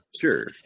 Sure